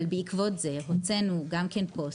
אבל בעקבות המקרה הוצאנו פוסט,